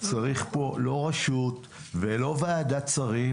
צריך פה לא רשות ולא ועדת שרים,